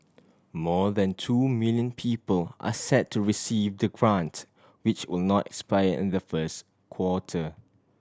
more than two million people are set to receive the grant which will not expire in the first quarter